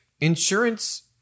insurance